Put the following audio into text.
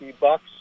bucks